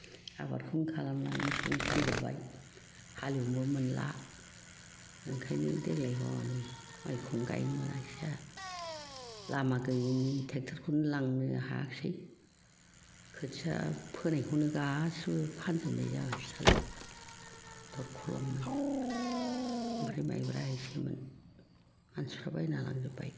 आबादखौनो खालामला मोसौखौनो फानजोबबाय हालेवनोबो मोनला ओंखायनो देग्लाय हनै माइखौनो गाइनो मोनाखिसै आंहा लामा गैयैनि टेक्ट'रखौनो लांनो हायाखिसै खोथिया फोनायखौनो गासिबो फानजोबनाय जाबाय फिसालाया ओमफ्राय माइब्रा एसेमोन मानसिफ्रा बायनानै लांजोब्बाय